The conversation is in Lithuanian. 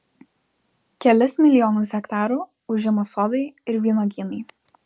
kelis milijonus hektarų užima sodai ir vynuogynai